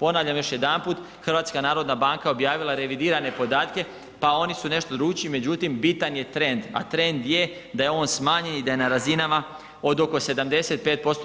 Ponavljam još jedanput HNB objavila je revidirane podatke pa oni su nešto drugčiji, međutim bitan je trend, a trend je da je on smanjen i da je na razinama od oko 75%